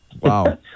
Wow